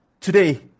Today